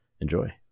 enjoy